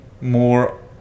more